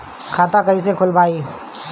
खाता कईसे खोलबाइ?